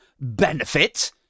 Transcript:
benefit